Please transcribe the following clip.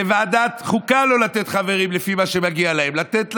בוועדת חוקה לא נתנו חברים לפי מה שמגיע להם, נתנו